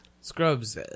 scrubs